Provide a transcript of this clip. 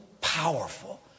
powerful